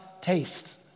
taste